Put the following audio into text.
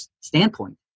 standpoint